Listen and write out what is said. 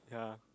yeah